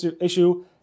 issue